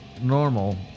normal